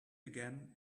again